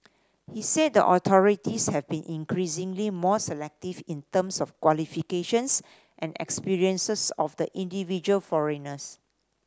he said that the authorities have been increasingly more selective in terms of qualifications and experiences of the individual foreigners